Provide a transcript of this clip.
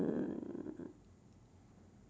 mm